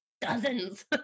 dozens